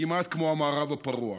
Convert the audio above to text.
כמעט כמו המערב הפרוע.